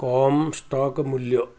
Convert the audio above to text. କମ୍ stock ମୂଲ୍ୟ